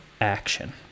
action